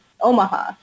Omaha